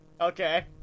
Okay